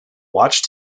watch